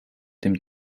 dem